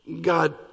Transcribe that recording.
God